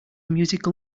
musical